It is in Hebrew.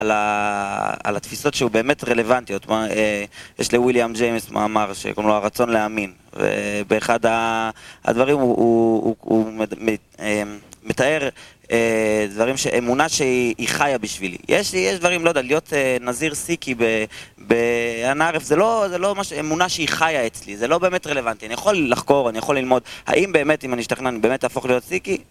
על התפיסות שהוא באמת רלוונטיות, יש לי וויליאם ג'יימס מאמר שקוראים לו הרצון להאמין באחד הדברים הוא מתאר אמונה שהיא חיה בשבילי יש דברים, לא יודע, להיות נזיר סיקי אנערף זה לא אמונה שהיא חיה אצלי זה לא באמת רלוונטי, אני יכול לחקור, אני יכול ללמוד האם באמת, אם אני אשתכנע, אני באמת אהפוך להיות סיקי?